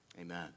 Amen